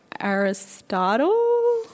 Aristotle